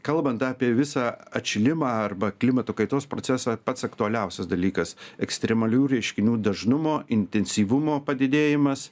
kalbant apie visą atšilimą arba klimato kaitos procesą pats aktualiausias dalykas ekstremalių reiškinių dažnumo intensyvumo padidėjimas